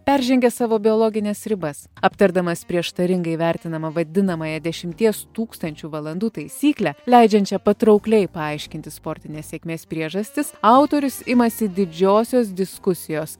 peržengia savo biologines ribas aptardamas prieštaringai vertinamą vadinamąją dešimties tūkstančių valandų taisyklę leidžiančią patraukliai paaiškinti sportinės sėkmės priežastis autorius imasi didžiosios diskusijos